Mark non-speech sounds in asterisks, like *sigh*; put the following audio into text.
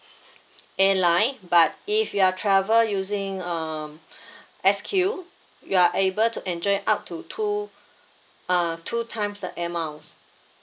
*noise* airline but if you are travel using um S_Q you are able to enjoy up to two uh two times the air mile